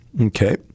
okay